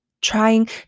Trying